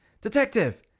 Detective